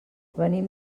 venim